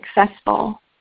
successful